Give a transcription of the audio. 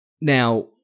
Now